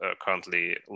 currently